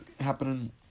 happening